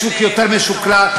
בשוק יותר משוכלל,